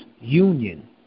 union